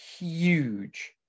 huge